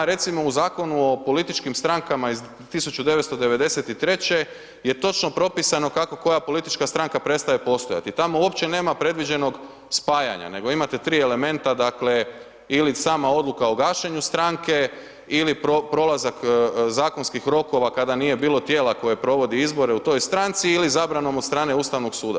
Recimo, u Zakonu o političkim strankama iz 1993. je točno propisano kako koja politička stranka prestaje postojati i tamo uopće nema predviđenog spajanja, nego imate 3 elementa, dakle, ili sama odluka o gašenju stranke ili prolazak zakonskih rokova kada nije bilo tijela koje provodi izbore u toj stranci ili zabranom od strane Ustavnog suda.